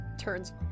turns